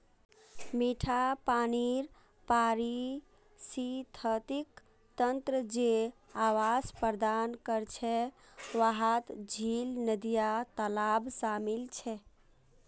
मिठा पानीर पारिस्थितिक तंत्र जे आवास प्रदान करछे वहात झील, नदिया, तालाब शामिल छे